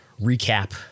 recap